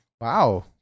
Wow